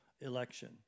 election